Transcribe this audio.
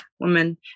woman